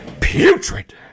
Putrid